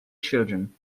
children